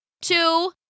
two